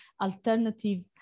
alternative